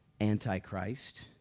antichrist